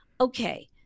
Okay